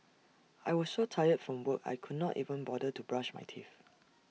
I was so tired from work I could not even bother to brush my teeth